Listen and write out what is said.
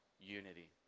unity